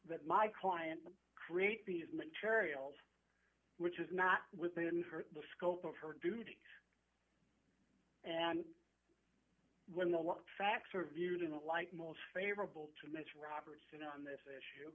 that my client create these materials which is not within her the scope of her duties and when the facts are viewed in the light most favorable to miss robertson on this i